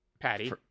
patty